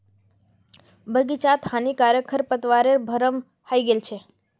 बग़ीचात हानिकारक खरपतवारेर भरमार हइ गेल छ